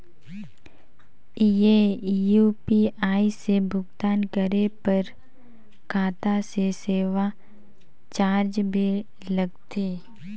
ये यू.पी.आई से भुगतान करे पर खाता से सेवा चार्ज भी लगथे?